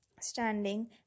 standing